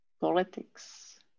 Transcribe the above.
Politics